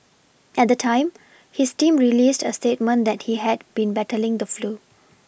at the time his team released a statement that he had been battling the flu